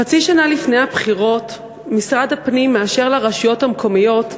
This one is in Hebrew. חצי שנה לפני הבחירות משרד הפנים מאשר לרשויות המקומיות,